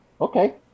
Okay